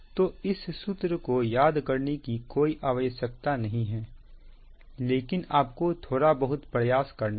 तो इस सूत्र को याद करने की कोई आवश्यकता नहीं है लेकिन आपको थोड़ा बहुत प्रयास करना है